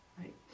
right